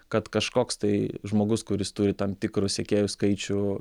kad kažkoks tai žmogus kuris turi tam tikrą sekėjų skaičių